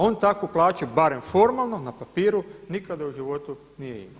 On takvu plaću barem formalno na papiru nikada u životu nije imao.